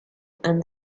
and